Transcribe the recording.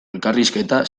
elkarrizketa